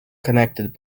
connected